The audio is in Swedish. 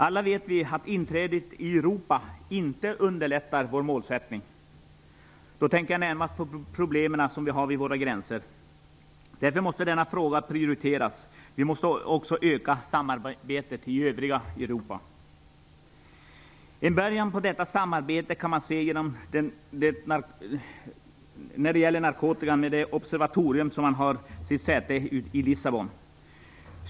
Alla vet vi att inträdet i Europeiska gemenskapen inte underlättar vår målsättning, och då tänker jag närmast på problemet vid våra gränser. Därför måste denna fråga prioriteras. Vi måste också öka samarbetet med övriga En början på detta samarbete när det gäller narkotika är det observatorium som har sitt säte i Lissabon.